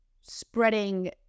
spreading